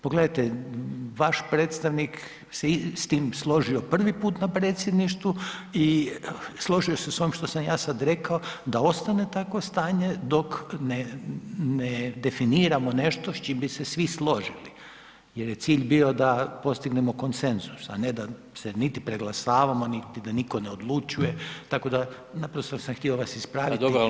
Pogledajte, vaš predstavnik se s tim složio prvi put na predsjedništvu i složio se s ovim što sam ja sad rekao da ostane takvo stanje dok ne, ne definiramo nešto s čim bi se svi složili jer je cilj bio da postignemo konsenzus, a ne da se niti preglasavamo, niti da niko ne odlučuje, tako da naprosto sam htio vas ispraviti, nije predsjednik.